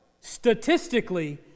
statistically